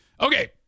Okay